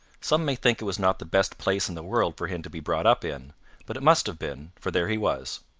some may think it was not the best place in the world for him to be brought up in but it must have been, for there he was.